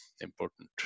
important